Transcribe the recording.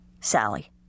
Sally